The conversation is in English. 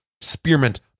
spearmint